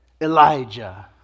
Elijah